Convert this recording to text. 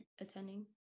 attending